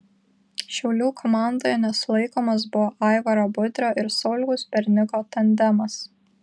šiaulių komandoje nesulaikomas buvo aivaro budrio ir sauliaus berniko tandemas